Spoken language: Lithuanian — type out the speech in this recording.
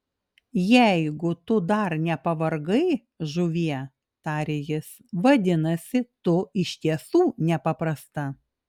jeigu tu dar nepavargai žuvie tarė jis vadinasi tu iš tiesų nepaprasta